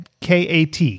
KAT